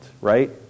right